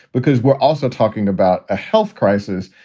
because we're also talking about a health crisis.